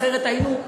אחרת, היינו,